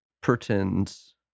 pretends